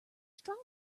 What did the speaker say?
strong